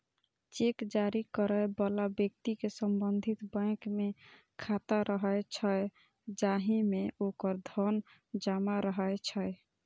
cheque जारी करै बला व्यक्ति के संबंधित बैंक मे खाता रहै छै, जाहि मे ओकर धन जमा रहै छै